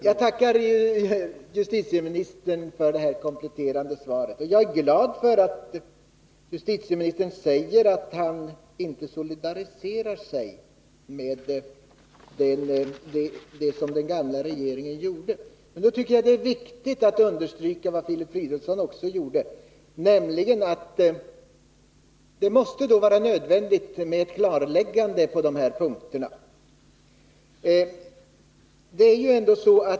Jag tackar justitieministern för det här kompletterande svaret och jag är glad över att justitieministern säger att han inte solidariserar sig med det som den dåvarande regeringen gjorde. Men då är det viktigt att understryka — något som också Filip Fridolfsson gjorde — att det är nödvändigt med ett klarläggande på dessa punkter.